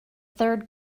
third